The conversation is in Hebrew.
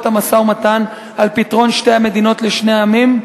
המשא-ומתן על פתרון שתי המדינות לשני עמים,